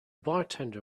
bartender